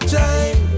time